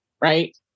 right